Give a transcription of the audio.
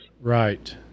Right